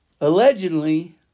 Allegedly